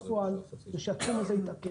בפועל, מה שקרה זה שהתחום הזה התעכב,